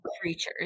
creatures